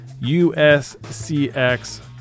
USCX